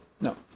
No